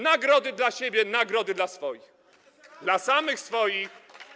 Nagrody dla siebie, nagrody dla swoich, dla samych swoich.